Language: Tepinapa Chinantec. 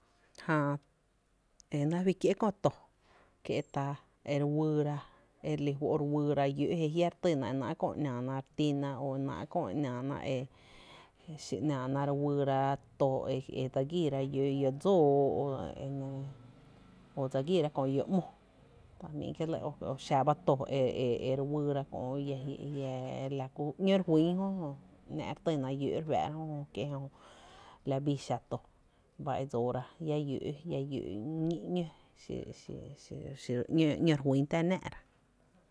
Jää e náá’ fí kié’ kö to, kié’ ta e re wyyra, e reli fó’ re wyra llǿǿ’ je jia’ re tyna e náá’ kö e nⱥⱥ na re týna, e náá’ kö e nⱥⱥ na, xí nⱥⱥ na re wyy ra to e ‘náána e dse gííra llǿǿ’ dsóoó o dsagííra kö llǿǿ’ ‘mo ta jmíí’ kié’ o xa ba to e re wyyra kö’ lla, lla, la kú ‘ñǿ re fýn jö kie’ la bii xa to ba o dsoora lla llǿǿ’ ñí’ ‘ñǿ xiro ‘ñǿ re fýn ta nⱥⱥ’ra.